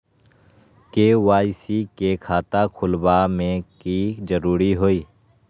KYC के खाता खुलवा में की जरूरी होई?